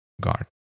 guard